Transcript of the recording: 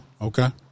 Okay